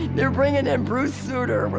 they're bringing in and bruce sutter.